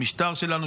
המשטר שלנו,